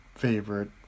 favorite